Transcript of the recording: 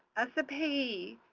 as the payee,